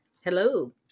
Hello